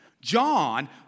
John